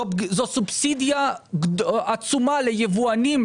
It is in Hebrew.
זו סובסידיה עצומה ליבואנים,